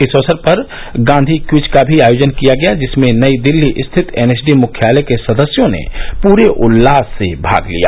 इस अवसर पर गांधी क्विज का भी आयोजन किया गया जिसमें नई दिल्ली स्थित एनएसडी मुख्यालय के सदस्यों ने पूरे उल्लास से भाग लिया